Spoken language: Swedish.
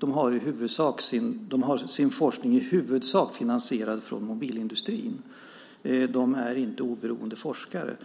De har sin forskning i huvudsak finansierad från mobilindustrin. De är inte oberoende forskare.